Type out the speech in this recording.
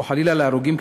או חלילה להרוגים,